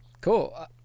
cool